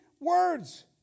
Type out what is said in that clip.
words